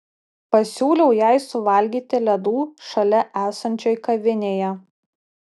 pasiūliau jai suvalgyti ledų šalia esančioj kavinėje